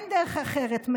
אין דרך אחרת,